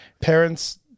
parents